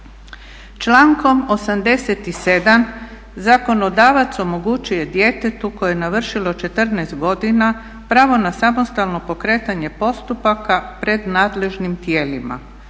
Člankom 87.zakonodavac omogućuje djetetu koje je navršilo 14 godina pravo na samostalno pokretanje postupaka pred nadležnim tijelima,